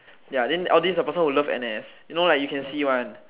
ya then all this the person who love N_S you know like you can see [one]